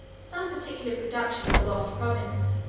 some particular production of the lost province,